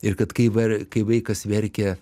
ir kad kai var kai vaikas verkia